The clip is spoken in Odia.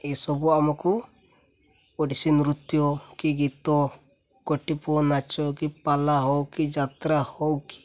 ଏସବୁ ଆମକୁ ଓଡ଼ିଶୀ ନୃତ୍ୟ କି ଗୀତ ଗୋଟିପୁଅ ନାଚ କି ପାଲା ହଉ କି ଯାତ୍ରା ହଉ କି